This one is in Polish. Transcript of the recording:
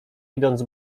idąc